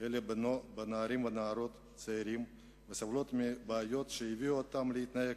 אלא בנערים ונערות צעירים הסובלים מבעיות שהביאו אותם להתנהג